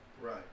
Right